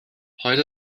paid